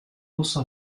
also